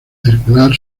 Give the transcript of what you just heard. circular